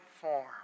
form